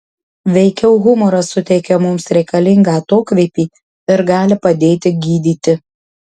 veikiau humoras suteikia mums reikalingą atokvėpį ir gali padėti gydyti